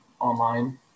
online